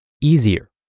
easier